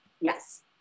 Yes